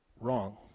Wrong